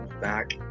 back